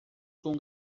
com